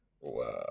Wow